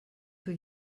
für